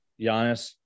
Giannis